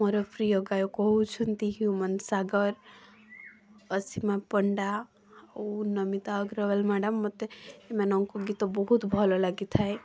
ମୋର ପ୍ରିୟ ଗାୟକ ହଉଛନ୍ତି ହ୍ୟୁମାନ ସାଗର ଅସୀମା ପଣ୍ଡା ଓ ନମିତା ଅଗ୍ରୱାଲ ମ୍ୟାଡ଼ାମ ମତେ ଏମାନଙ୍କୁ ଗୀତ ବହୁତ ଭଲ ଲାଗିଥାଏ